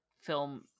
film